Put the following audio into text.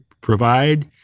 provide